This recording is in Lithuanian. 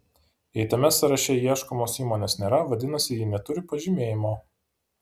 jei tame sąraše ieškomos įmonės nėra vadinasi ji neturi pažymėjimo